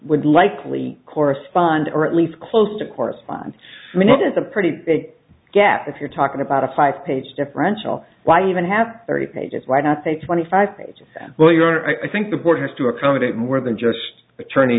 would likely correspond or at least close to correspond minute is a pretty big gap if you're talking about a five page differential why even have thirty pages why not say twenty five pages well your i think the court has to accommodate more than just